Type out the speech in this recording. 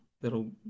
that'll